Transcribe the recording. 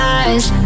eyes